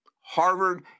Harvard